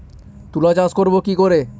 তুলা চাষ করব কি করে?